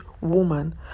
woman